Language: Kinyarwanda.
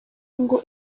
ngo